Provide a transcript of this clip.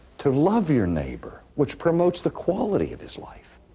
to love your neighbor which promotes the quality of his life,